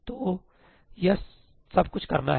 तो यह सब कुछ करना है